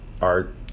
art